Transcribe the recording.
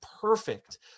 perfect